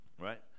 right